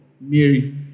Mary